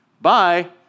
Bye